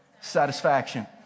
Satisfaction